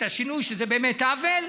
את השינוי שזה באמת עוול,